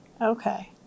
Okay